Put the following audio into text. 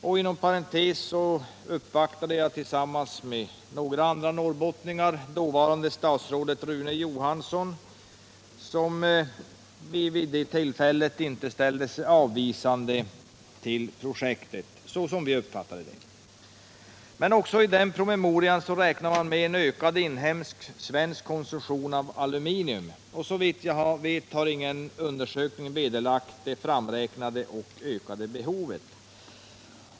Inom parentes sagt uppvaktade jag tillsammans med några andra norrbottningar dåvarande statsrådet Rune Johansson, som vid det tillfället, så som vi uppfattade det, inte ställde sig avvisande till projektet. Också i den promemorian räknar man med en ökad inhemsk svensk konsumtion av aluminium. Såvitt jag vet har ingen annan undersökning vederlagt det framräknade ökade behovet.